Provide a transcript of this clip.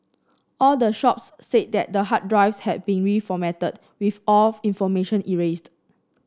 all the shops said that the hard drives had been reformatted with all information erased